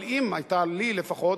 אבל אם היתה לי לפחות,